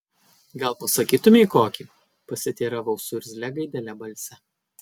gal pasakytumei kokį pasiteiravau su irzlia gaidele balse